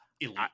elite